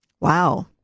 Wow